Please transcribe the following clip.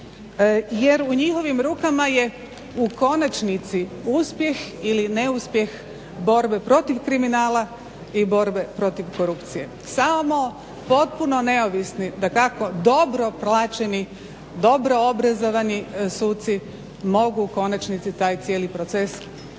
jer u njihovim rukama je u konačnici uspjeh ili neuspjeh borbe protiv kriminala i borbe protiv korupcije. Samo potpuno neovisni, dakako dobro plaćeni, dobro obrazovani suci mogu u konačnici taj cijeli proces dovoditi